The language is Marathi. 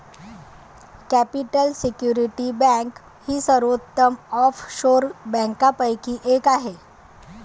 कॅपिटल सिक्युरिटी बँक ही सर्वोत्तम ऑफशोर बँकांपैकी एक आहे